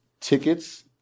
tickets